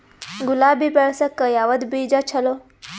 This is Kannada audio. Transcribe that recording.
ಗುಲಾಬಿ ಬೆಳಸಕ್ಕ ಯಾವದ ಬೀಜಾ ಚಲೋ?